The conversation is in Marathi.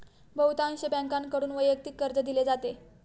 बहुतांश बँकांकडून वैयक्तिक कर्ज दिले जाते